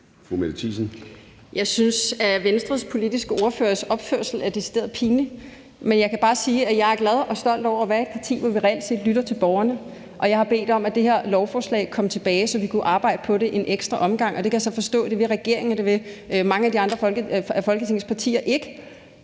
Jeg synes, at Venstres politiske ordførers opførsel er decideret pinlig. Men jeg kan bare sige, at jeg er glad og stolt over at være i et parti, hvor vi reelt set lytter til borgerne, og jeg har bedt om, at det her lovforslag kom tilbage, så vi kunne arbejde på det en ekstra omgang, og der kan jeg så forstå, at det vil regeringen og det vil mange af de andre af Folketingets partier ikke.